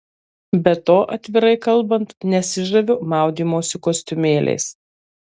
be to atvirai kalbant nesižaviu maudymosi kostiumėliais